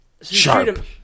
Sharp